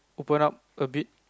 open up a bit